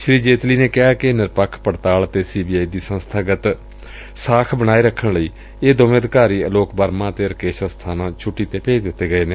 ਸ੍ੀ ਜੇਤਲੀ ਨੇ ਕਿਹਾ ਕਿ ਨਿਰਪੱਖ ਪੜਤਾਲ ਅਤੇ ਸੀ ਬੀ ਆਈ ਦੀ ਸੰਸਬਾਗਤ ਸ਼ਹਿਰਦਤਾ ਬਣਾਏ ਰੱਖਣ ਲਈ ਇਹ ਦੋਵੇਂ ਅਧਿਕਾਰੀ ਅਲੋਕ ਵਰਮਾ ਅਤੇ ਰਾਕੇਸ਼ ਅਸਥਾਨਾ ਛੁੱਟੀ ਤੇ ਭੇਜ ਦਿੱਤੇ ਗਏ ਨੇ